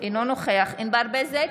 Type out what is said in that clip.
אינו נוכח ענבר בזק,